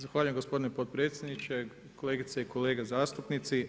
Zahvaljujem gospodine potpredsjedniče, kolegice i kolege zastupnici.